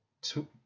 two